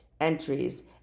entries